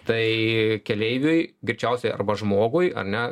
tai keleiviui greičiausiai arba žmogui ane